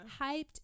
hyped